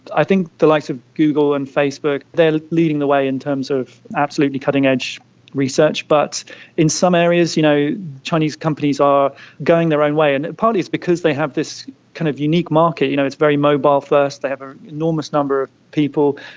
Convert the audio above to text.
i think the likes of google and facebook, they are leading the way in terms of absolutely cutting-edge research, but in some areas you know chinese companies are going their own way, and partly it's because they have this kind of unique market, you know it's very mobile first, they have an enormous number of people,